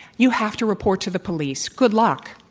you have to report to the police. good luck.